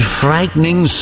frightening